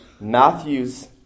Matthew's